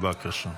בבקשה.